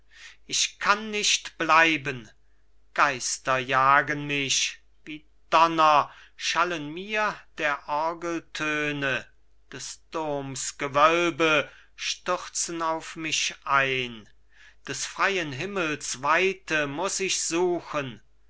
ich kann nicht bleiben geister jagen mich wie donner schallen mir der orgel töne des doms gewölbe stürzen auf mich ein des freien himmels weite muß ich suchen